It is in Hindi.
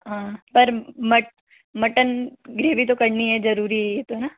हाँ पर मटन ग्रेवी तो करनी है जरुरी है ये